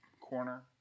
corner